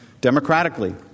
democratically